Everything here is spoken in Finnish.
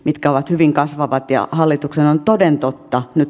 mitkä ovat hyvin kasvavat ja hallituksen on toden totta nyt